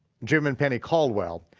jim and penny caldwell,